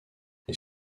les